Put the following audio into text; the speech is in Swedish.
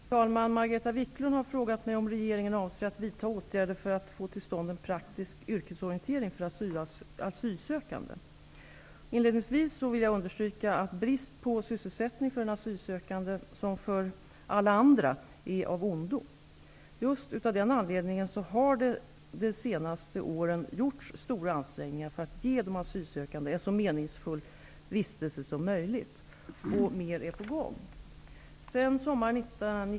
Fru talman! Margareta Viklund har frågat mig om regeringen avser att vidta åtgärder för att få till stånd en praktisk yrkesorientering för asylsökande. Inledningsvis vill jag understryka att brist på sysselsättning för en asylsökande, som för alla andra, är av ondo. Just av den anledningen har det de senaste åren gjorts stora ansträngningar för att ge de asylsökande en så meningsfull vistelse som möjligt. Och mer är på gång.